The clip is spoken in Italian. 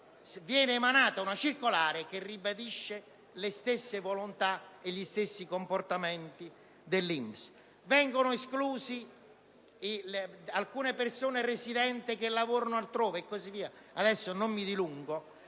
stata emanata una circolare che ribadisce le stesse volontà e gli stessi comportamenti da parte dell'INPS: vengono escluse alcune persone residenti che lavorano altrove e così via. Ora non mi dilungo,